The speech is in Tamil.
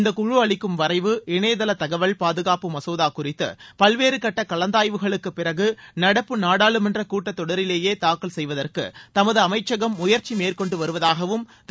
இந்த குழு அளிக்கும் வரைவு இணையதள தகவல் பாதுகாப்பு மசோதா குறித்து பல்வேறுகட்ட கலந்தாய்வுகளுக்கு பிறகு நடப்பு நாடாளுமன்ற கூட்டத்தொடரிலேயே தாக்கல் செய்வதற்கு தமது அமைச்சகம் முயற்சி மேற்கொண்டு வருவதாகவும் திரு